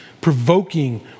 provoking